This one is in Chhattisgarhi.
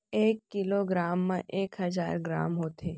एक किलो ग्राम मा एक हजार ग्राम होथे